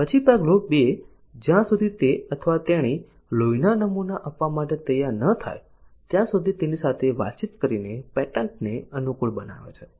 પછી પગલું 2 જ્યાં સુધી તે અથવા તેણી લોહીના નમૂના આપવા માટે તૈયાર ન થાય ત્યાં સુધી તેની સાથે વાતચીત કરીને પેટન્ટને અનુકૂળ બનાવે છે